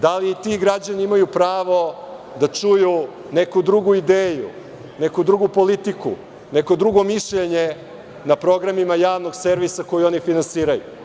Da li i ti građani imaju pravo da čuju neku drugu ideju, neku drugu politiku, neko drugo mišljenje na programima javnog servisa koji oni finansiraju?